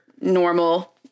normal